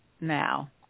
now